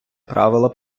правила